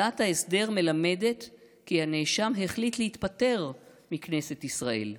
"הודעת ההסדר מלמדת כי הנאשם החליט להתפטר מכנסת ישראל.